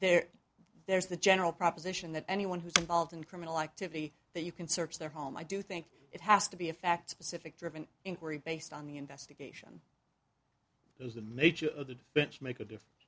there there's the general proposition that anyone who's involved in criminal activity that you can search their home i do think it has to be a fact pacific driven inquiry based on the investigation is the nature of the bench make a difference